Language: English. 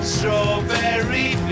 Strawberry